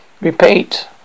Repeat